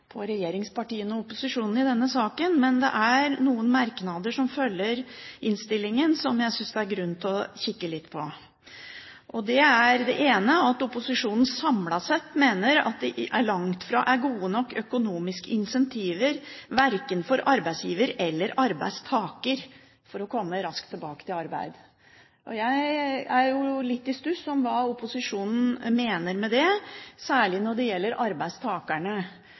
regjeringspartiene og opposisjonen i denne saken – noen merknader som følger innstillingen som jeg synes det er grunn til å kikke litt på. Det ene er at opposisjonen samlet sett mener at det langt fra er gode nok økonomiske incentiver, verken for arbeidsgiver eller arbeidstaker, til at man kommer raskt tilbake i arbeid. Jeg er litt i stuss over hva opposisjonen mener med det, særlig når det gjelder arbeidstakerne,